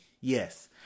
Yes